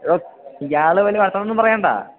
എടോ ഇയാള് വലിയ വർത്തമാനമൊന്നും പറയേണ്ട